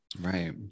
Right